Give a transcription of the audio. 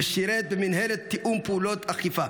ושירת במינהלת תיאום פעולות אכיפה.